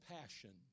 passion